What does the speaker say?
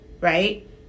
right